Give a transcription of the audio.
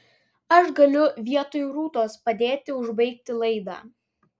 aš galiu vietoj rūtos padėti užbaigti laidą